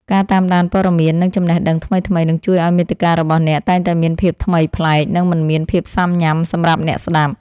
ការតាមដានព័ត៌មាន និងចំណេះដឹងថ្មីៗនឹងជួយឱ្យមាតិការបស់អ្នកតែងតែមានភាពថ្មីប្លែក និងមិនមានភាពស៊ាំញ៉ាំសម្រាប់អ្នកស្តាប់។